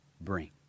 bring